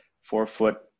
four-foot